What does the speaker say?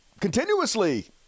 continuously